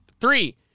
Three